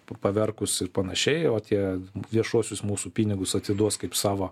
paverkus ir panašiai o tie viešuosius mūsų pinigus atiduos kaip savo